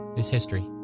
is history.